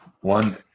one